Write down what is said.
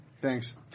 Thanks